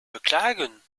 beklagen